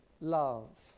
love